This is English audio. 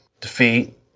defeat